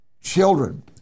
children